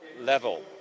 level